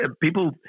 people